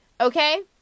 okay